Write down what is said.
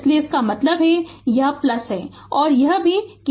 इसलिए कि इसका मतलब है यह प्लस है और यह भी है